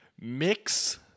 Mix